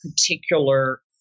particular